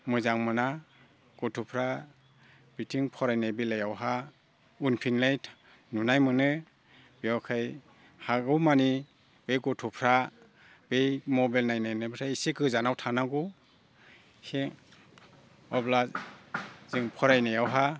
मोजां मोना गथ'फ्रा बिथिं फरायनाय बेलायावहा उनफिननाय नुनाय मोनो बेनिखायनो हागौमानि बे गथ'फ्रा बे मबाइल नायनायनिफ्राय इसे गोजानाव थानांगौ इसे अब्ला जों फरायनायावहाय